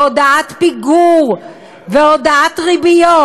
והודעת פיגור והודעת ריביות,